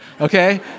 okay